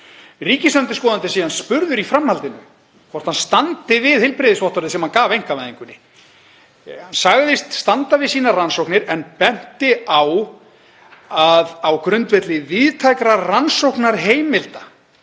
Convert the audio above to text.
Ríkisendurskoðandi er síðan spurður í framhaldinu hvort hann standi við heilbrigðisvottorðið sem hann gaf einkavæðingunni. Hann sagðist standa við sínar rannsóknir en benti á að á grundvelli víðtækra rannsóknarheimilda